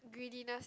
greediness